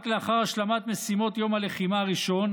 רק לאחר השלמת משימות יום הלחימה הראשון,